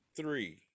three